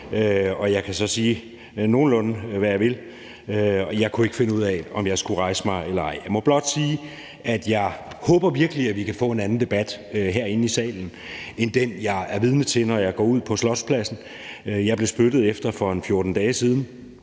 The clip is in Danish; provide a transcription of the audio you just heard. jeg kan så sige nogenlunde, hvad jeg vil, og jeg kunne ikke finde ud af, om jeg skulle rejse mig eller ej. Jeg må blot sige, at jeg virkelig håber, at vi kan få en anden debat herinde i salen end den, jeg er vidne til, når jeg går ud på Slotspladsen. Jeg blev spyttet efter for 14 dage siden